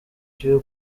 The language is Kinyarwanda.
tube